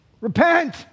repent